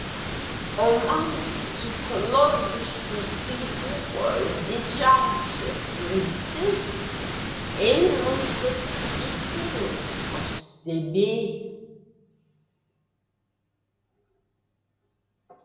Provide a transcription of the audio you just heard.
o man psichologiškai tai buvo didžiausia kliūtis eimuntas teisingai pastebėjo